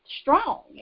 strong